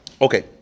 Okay